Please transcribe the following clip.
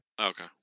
Okay